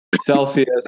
celsius